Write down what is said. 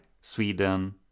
Sweden